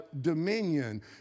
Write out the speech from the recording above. dominion